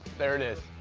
there it is.